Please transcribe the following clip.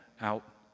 out